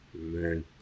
Amen